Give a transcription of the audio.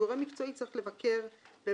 גורם מקצועי צריך לבקר בביתו.